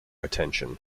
attention